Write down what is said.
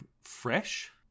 fresh